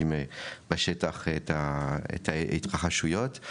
חווים בשטח את התרחשויות,